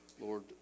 Lord